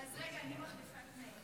רגע, אני מחליפה את מאיר.